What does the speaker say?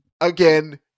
again